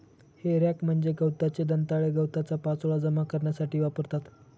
हे रॅक म्हणजे गवताचे दंताळे गवताचा पाचोळा जमा करण्यासाठी वापरतात